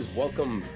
welcome